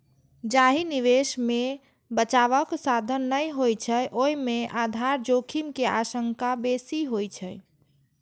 जाहि निवेश मे बचावक साधन नै होइ छै, ओय मे आधार जोखिम के आशंका बेसी होइ छै